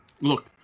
Look